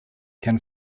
can